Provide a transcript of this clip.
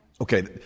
Okay